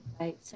Right